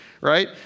right